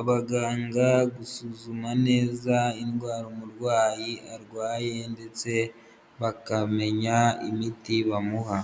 abaganga gusuzuma neza indwara umurwayi arwaye ndetse bakamenya imiti bamuha.